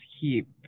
keep